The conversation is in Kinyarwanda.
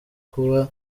kuba